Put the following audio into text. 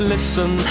Listen